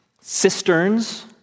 cisterns